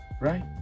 Right